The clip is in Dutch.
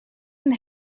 een